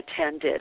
attended